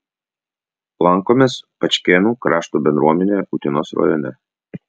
lankomės pačkėnų krašto bendruomenėje utenos rajone